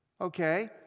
Okay